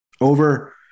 over